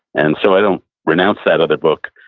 and so i don't renounce that other book,